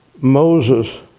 Moses